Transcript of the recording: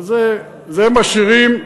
אבל זה, משאירים,